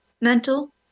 mental